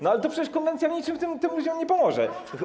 No ale to przecież konwencja w niczym tym ludziom nie pomoże.